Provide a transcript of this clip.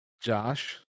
Josh